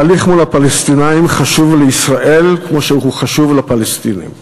התהליך מול הפלסטינים חשוב לישראל כמו שהוא חשוב לפלסטינים.